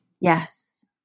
Yes